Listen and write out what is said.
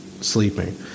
sleeping